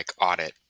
audit